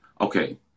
okay